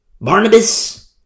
Barnabas